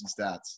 stats